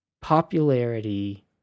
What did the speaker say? popularity